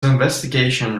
investigation